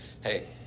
Hey